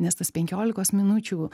nes tas penkiolikos minučių